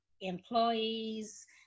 employees